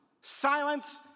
silence